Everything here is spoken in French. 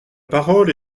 parole